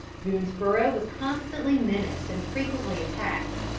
boonesborough was constantly menaced and frequently attacked.